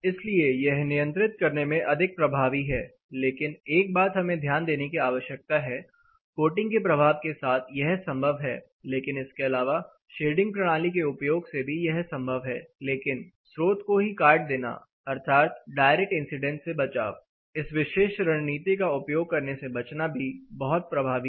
इसलिए यह नियंत्रित करने में अधिक प्रभावी है लेकिन एक बात हमें ध्यान देने की आवश्यकता है कोटिंग के प्रभाव के साथ यह संभव है लेकिन इसके अलावा शेडिंग प्रणाली के उपयोग से भी यह संभव है लेकिन स्रोत को ही काट देना अर्थात डायरेक्ट इंसीडेंस से बचाव इस विशेष रणनीति का उपयोग करने से बचना भी बहुत प्रभावी है